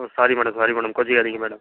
ஓ sorry madam sorry madam கோச்சிக்காதீங்க madam